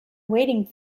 waiting